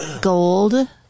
gold